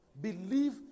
believe